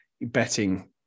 betting